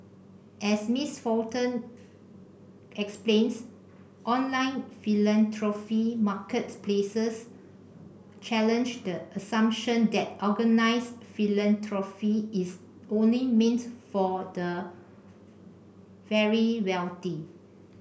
as Miss Fulton explains online philanthropy marketplaces challenge the assumption that organised philanthropy is only meant for the very wealthy